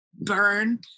burn